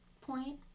point